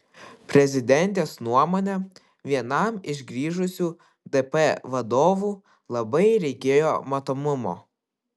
prezidentės nuomone vienam iš grįžusių dp vadovų labai reikėjo matomumo